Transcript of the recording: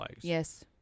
Yes